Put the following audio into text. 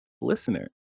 listener